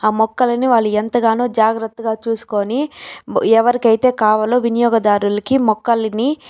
ఆ మొక్కలను వాళ్ళు ఎంతగానో జాగ్రత్తగా చూసుకొని ఎవరికైతే కావాలో వినియోగదారులుకి మొక్కలిని